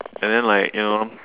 and then like you know